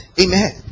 Amen